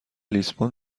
لیسبون